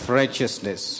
righteousness